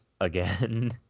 again